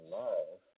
love